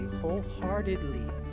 wholeheartedly